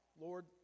Lord